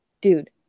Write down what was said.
Dude